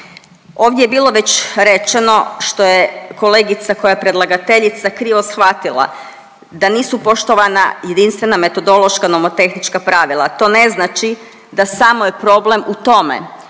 Ovdje je bilo već rečeno što je kolegica koja je predlagateljica krivo shvatila da nisu poštovana jedinstvena metodološka nomotehnička pravila. To ne znači da samo je problem u tome